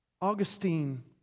Augustine